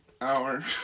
hour